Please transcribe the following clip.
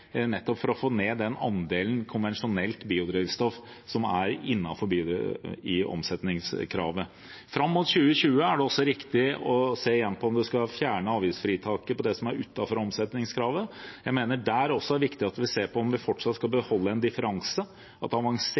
nettopp for å få ned den andelen konvensjonelt biodrivstoff som er i omsetningskravet. Fram mot 2020 er det også riktig igjen å se på om en skal fjerne avgiftsfritaket på det som er utenfor omsetningskravet. Jeg mener at det også der er viktig å se på om vi fortsatt skal beholde en differanse, at avansert